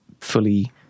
fully